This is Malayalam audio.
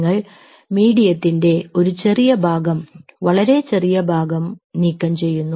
നിങ്ങൾ മീഡിയത്തിൻറെ ഒരു ചെറിയ ഭാഗം വളരെ ചെറിയ ഭാഗം നീക്കംചെയ്യുന്നു